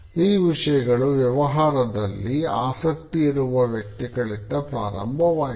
ಈ ವಿಷಯಗಳು ವ್ಯವಹಾರಾದಲ್ಲಿ ಆಸಕ್ತಿ ಇರುವ ವ್ಯಕ್ತಿಗಳಿಂದ ಪ್ರಾರಂಭವಾಯಿತು